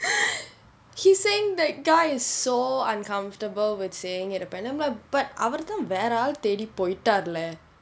he saying that guy is so uncomfortable with seeing it apparently then I'm like but அவரு தான் வேற ஆள் தேடி போயிட்டார்:avaru thaan vera aal thedi poyittaar leh